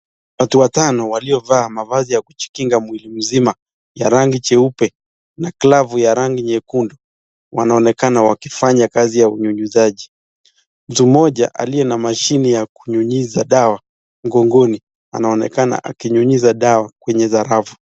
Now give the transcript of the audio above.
Watu watano waliovaa mavazi ya kujikinga mwili mzima ya rangi jeupe na glavu ya rangi nyekundu, wanaonekana wakifanya kazi ya unyunyizaji. Mtu mmoja aliye na mashine ya kunyunyiza dawa mgongoni anaonekana akinyunyiza dawa kwenye sakafu.